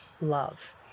love